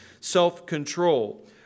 self-control